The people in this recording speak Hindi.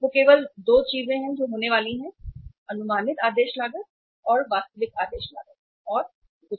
केवल 2 चीजें होने वाली है अनुमानित आदेश लागत और वास्तविक आदेश लागत कुछ और नहीं